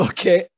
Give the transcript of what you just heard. Okay